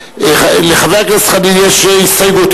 לחבר הכנסת חנין יש הסתייגות,